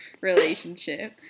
relationship